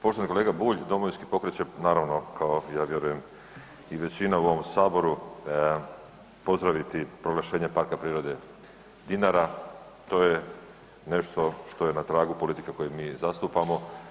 Poštovani kolega Bulj, Domovinski pokret će naravno kao i ja vjerujem i većina u ovom saboru pozdraviti proglašenje Parka prirode Dinara to je nešto što je na tragu politike koju mi zastupamo.